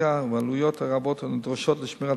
הלוגיסטיקה והעלויות הרבות הנדרשות לשמירת